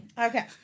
Okay